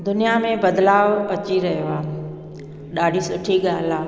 दुनिया में बदिलाउ अची रहियो आहे ॾाढी सुठी ॻाल्हि आहे